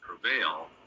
prevail